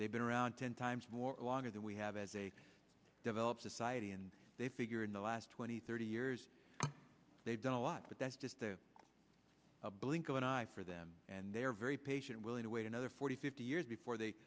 they've been around ten times more longer than we have as a developed society and they figure in the last twenty thirty years they've done a lot but that's just a blink of an eye for them and they're very patient willing to wait another forty fifty years before they